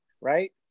Right